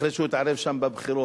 אחרי שהוא התערב שם בבחירות,